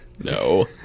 no